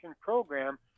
program